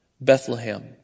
Bethlehem